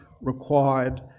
required